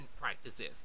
practices